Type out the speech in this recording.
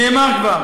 נאמר כבר